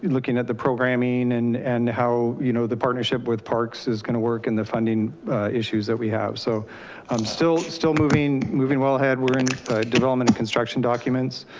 looking at the programming and and how you know the partnership with parks is gonna work and the funding issues that we have. so i'm still still moving moving well ahead. we're in development of construction documents.